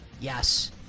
Yes